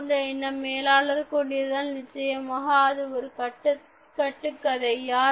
இது போன்ற எண்ணம் மேலாளர் கொண்டிருந்தால் நிச்சயமாக அது ஒரு கட்டுக்கதை